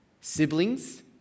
siblings